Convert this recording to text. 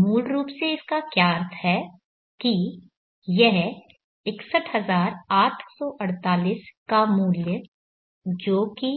मूल रूप से इसका क्या अर्थ है कि यह 61848 का मूल्यजो कि